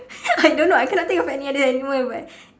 I don't know I cannot think of any other animal [what]